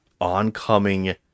oncoming